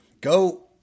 go